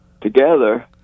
together